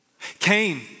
Cain